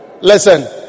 Listen